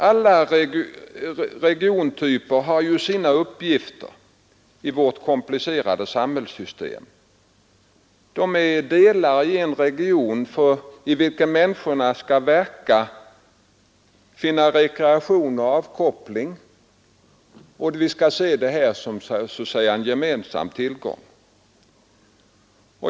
Alla regiontyper har ju sina uppgifter i vårt komplicerade samhällssystem. De är delar i en region, i vilken människorna skall verka, finna rekreation och avkoppling, och vi skall se detta som så att säga en gemensam tillgång.